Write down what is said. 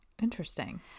Interesting